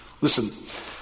Listen